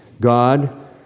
God